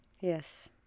yes